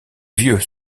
vieux